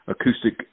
acoustic